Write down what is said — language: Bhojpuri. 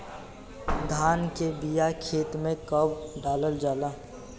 धान के बिया खेत में कब डालल जाला?